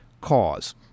cause